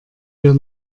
wir